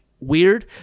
weird